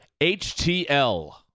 HTL